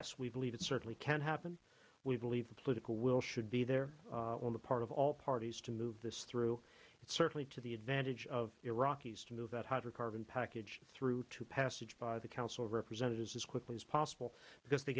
sweed believe it certainly can happen we believe the political will should be there on the part of all parties to move this through certainly to the advantage of iraq is to move that hydrocarbon package through to passage by the council of representatives as quickly as possible because t